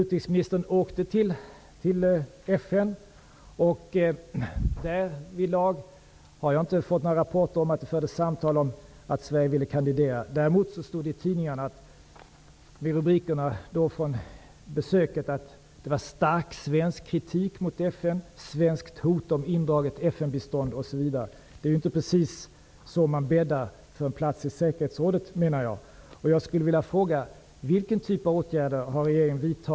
Utrikesministern åkte till FN, och jag har inte fått några rapporter om att det fördes samtal om att Sverige ville kandidera. Däremot stod det i tidningsrubriker efter besöket: ''Stark svensk kritik mot FN'', ''Svenskt hot om indraget FN-bistånd'', osv. Det är inte precis så man bäddar för en plats i säkerhetsrådet, menar jag. Jag skulle vilja fråga: